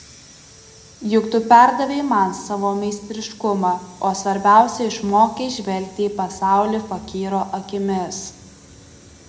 juk tu perdavei man savo meistriškumą o svarbiausia išmokei žvelgti į pasaulį fakyro akimis